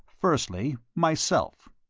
firstly myself.